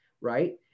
right